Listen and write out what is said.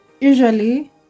Usually